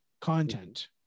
content